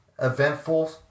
eventful